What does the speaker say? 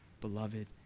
beloved